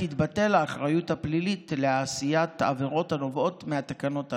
תתבטל האחריות הפלילית לעשיית עבירות הנובעות מהתקנות הללו,